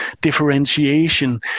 differentiation